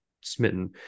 smitten